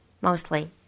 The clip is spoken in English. mostly